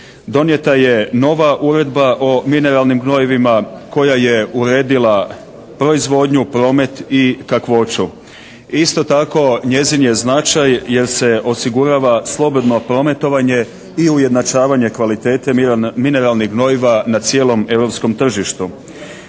Donijeta je nova Uredba o mineralnim gnojivima koja je uredila proizvodnju, promet i kakvoću. Isto tako njezin je značaj jer se osigurava slobodno prometovanje i ujednačavanje kvalitete mineralnih gnojiva na cijelom europskom tržištu.